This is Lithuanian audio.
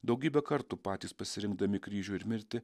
daugybę kartų patys pasirinkdami kryžių ir mirtį